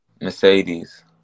Mercedes